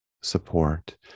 support